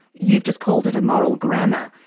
you've just called it a moral grammar.